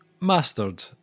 Mastered